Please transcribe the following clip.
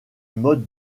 mode